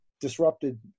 disrupted